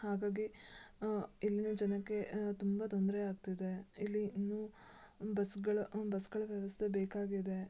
ಹಾಗಾಗಿ ಇಲ್ಲಿನ ಜನಕ್ಕೆ ತುಂಬ ತೊಂದರೆ ಆಗ್ತಿದೆ ಇಲ್ಲಿ ಇನ್ನೂ ಬಸ್ಸುಗಳ ಬಸ್ಸುಗಳ ವ್ಯವಸ್ಥೆ ಬೇಕಾಗಿದೆ